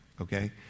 okay